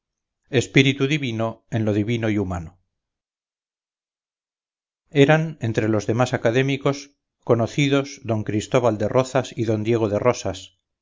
espíritu divino en lo divino y humano eran entre los demás académicos conocidos don cristóbal de rozas y don diego de rosas